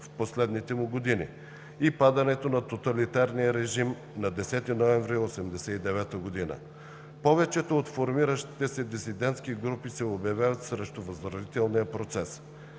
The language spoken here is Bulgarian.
в последните му години и падането на тоталитарния режим на 10 ноември 1989 г. Повечето от формиращите се дисидентски групи се обявяват срещу възродителния процес.